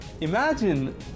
Imagine